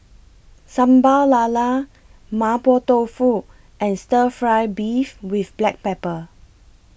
Sambal Lala Mapo Tofu and Stir Fry Beef with Black Pepper